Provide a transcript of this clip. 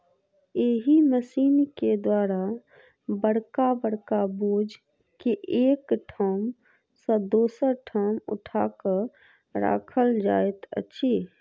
एहि मशीन के द्वारा बड़का बड़का बोझ के एक ठाम सॅ दोसर ठाम उठा क राखल जाइत अछि